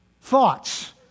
thoughts